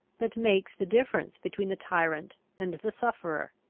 that makes the difference between the tyrant and the sufferer!